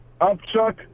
Upchuck